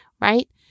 right